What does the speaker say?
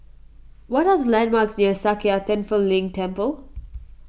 what are the landmarks near Sakya Tenphel Ling Temple